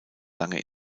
lange